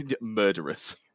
murderous